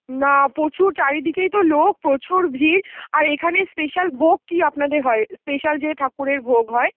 না প্রচুর চারিদিকেই তো লোক প্রচুর ভিড় আর এখানে স্পেশাল ভোগ কী আপনাদের হয় স্পেশাল যে ঠাকুরের ভোগ হয়